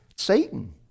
Satan